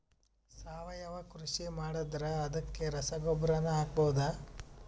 ಸಾವಯವ ಕೃಷಿ ಮಾಡದ್ರ ಅದಕ್ಕೆ ರಸಗೊಬ್ಬರನು ಹಾಕಬಹುದಾ?